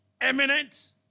eminent